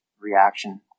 reaction